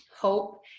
hope